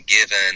given